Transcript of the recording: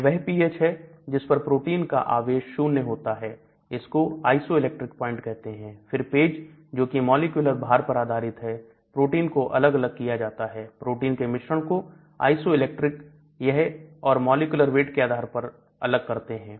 यह वह पीएच है जिस पर प्रोटीन का आवेश 0 होता है इसको आइसोइलेक्ट्रिक प्वाइंट कहते हैं फिर PAGE जो कि मॉलिक्यूलर भार पर आधारित हैं प्रोटीन को अलग अलग किया जाता है प्रोटीन के मिश्रण को आइसोइलेक्ट्रिक यह और मॉलिक्यूलर वेट के आधार पर अलग करते हैं